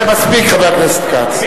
מספיק, חבר הכנסת כץ.